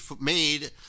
made